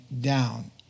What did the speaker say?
down